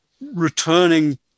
returning